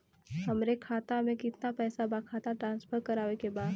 हमारे खाता में कितना पैसा बा खाता ट्रांसफर करावे के बा?